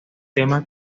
tema